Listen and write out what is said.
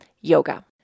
YOGA